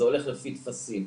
זה הולך לפי טפסים.